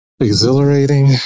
exhilarating